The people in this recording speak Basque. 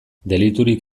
deliturik